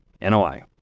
NOI